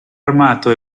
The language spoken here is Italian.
armato